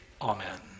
Amen